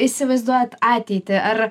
įsivaizduojat ateitį ar